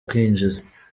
kwinjiza